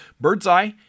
Birdseye